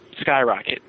skyrocket